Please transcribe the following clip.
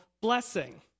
blessing